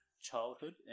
childhood